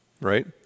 right